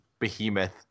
behemoth